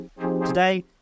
Today